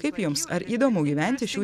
kaip jums ar įdomu gyventi šių